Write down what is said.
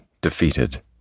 defeated